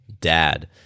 dad